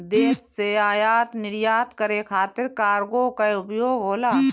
देश से आयात निर्यात करे खातिर कार्गो कअ उपयोग होला